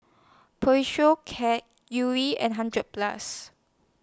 Cat Yuri and hundred Plus